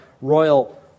royal